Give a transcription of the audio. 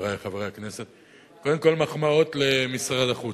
חברי חברי הכנסת, קודם כול, מחמאות למשרד החוץ.